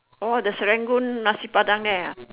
oh the Serangoon nasi-padang there ah